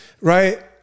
right